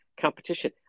competition